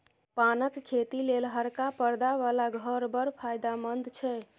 पानक खेती लेल हरका परदा बला घर बड़ फायदामंद छै